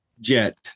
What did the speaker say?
jet